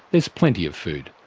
there's plenty of food,